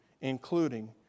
including